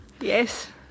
Yes